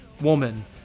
woman